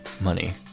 money